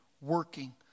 working